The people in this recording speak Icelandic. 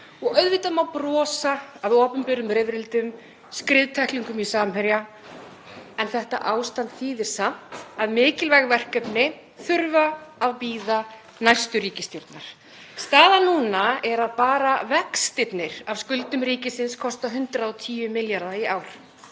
Auðvitað má brosa að opinberum rifrildum og skriðtæklingum í samherja en þetta ástand þýðir samt að mikilvæg verkefni þurfa að bíða næstu ríkisstjórnar. Staðan núna er að bara vextirnir af skuldum ríkisins kosta 110 milljarða í ár.